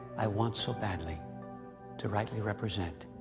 i want so badly to rightly represent,